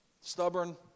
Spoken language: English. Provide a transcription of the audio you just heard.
stubborn